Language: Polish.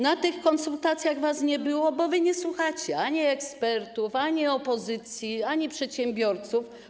Na tych konsultacjach was nie było, bo wy nie słuchacie ani ekspertów, ani opozycji, ani przedsiębiorców.